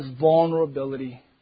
vulnerability